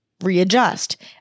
readjust